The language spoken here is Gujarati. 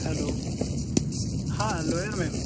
હેલો હા લોયર મેમ